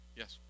yes